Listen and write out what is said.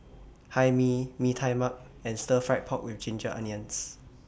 Hae Mee Mee Tai Mak and Stir Fried Pork with Ginger Onions